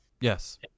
Yes